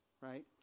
right